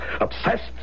obsessed